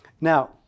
Now